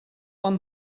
one